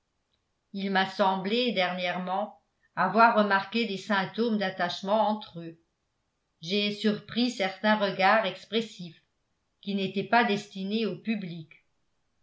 il m'a semblé dernièrement avoir remarqué des symptômes d'attachement entre eux j'ai surpris certains regards expressifs qui n'étaient pas destinés au public